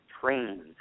trains